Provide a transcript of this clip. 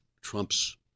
Trump's